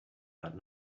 that